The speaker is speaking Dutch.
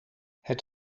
het